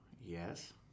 Yes